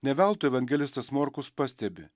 ne veltui evangelistas morkus pastebi